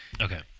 Okay